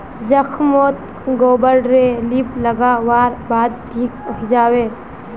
जख्म मोत गोबर रे लीप लागा वार बाद ठिक हिजाबे